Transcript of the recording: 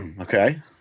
Okay